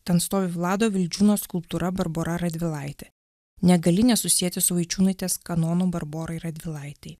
ten stovi vlado vildžiūno skulptūra barbora radvilaitė negali nesusieti su vaičiūnaitės kanonų barborai radvilaitei